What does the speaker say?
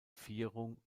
vierung